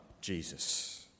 Jesus